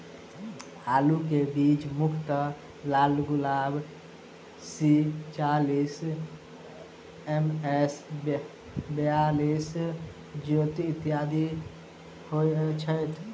आलु केँ बीज मुख्यतः लालगुलाब, सी चालीस, एम.एस बयालिस, ज्योति, इत्यादि होए छैथ?